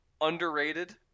underrated